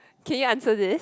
can you answer this